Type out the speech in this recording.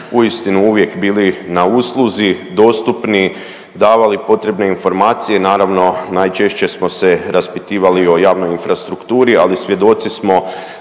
uistinu uvijek bili na usluzi, dostupni, davali potrebne informacije naravno najčešće smo se raspitivali o javnoj infrastrukturi ali svjedoci smo